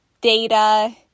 data